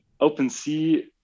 OpenSea